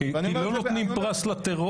ואני אומר את זה --- כי לא נותנים פרס לטרור